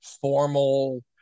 formal